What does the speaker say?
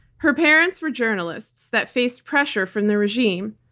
her parents were journalists that faced pressure from the regime.